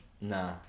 Nah